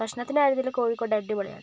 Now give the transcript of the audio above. ഭക്ഷണത്തിൻ്റെ കാര്യത്തില് കോഴിക്കോട് അടിപൊളി ആണ്